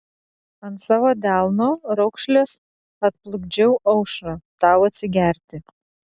ant savo delno raukšlės atplukdžiau aušrą tau atsigerti